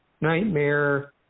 nightmare